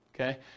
okay